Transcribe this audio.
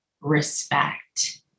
respect